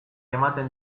ematen